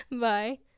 Bye